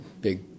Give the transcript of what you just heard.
big